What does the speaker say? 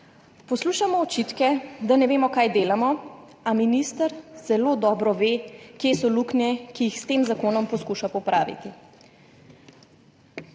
Poslušamo očitke, da ne vemo, kaj delamo, a minister zelo dobro ve, kje so luknje, ki jih s tem zakonom poskuša popraviti.